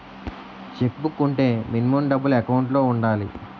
Check book వుంటే minimum డబ్బులు account లో ఉండాలి?